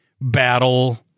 battle